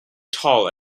tall